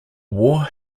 war